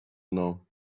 know